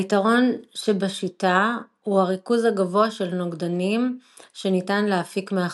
היתרון שבשיטה הוא הריכוז הגבוה של נוגדנים שניתן להפיק מעכבר.